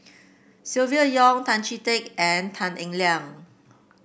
Silvia Yong Tan Chee Teck and Tan Eng Liang